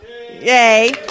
Yay